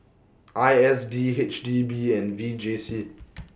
I S D H D B and V J C